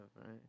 right